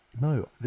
no